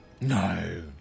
No